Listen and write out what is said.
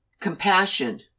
compassion